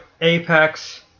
Apex